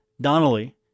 Donnelly